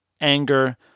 anger